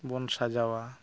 ᱵᱚᱱ ᱥᱟᱡᱟᱣᱟ